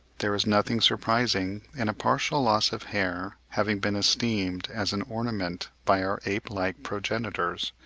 there is nothing surprising in a partial loss of hair having been esteemed as an ornament by our ape-like progenitors,